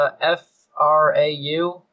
F-R-A-U